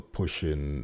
pushing